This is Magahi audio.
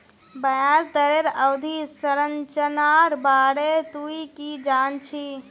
ब्याज दरेर अवधि संरचनार बारे तुइ की जान छि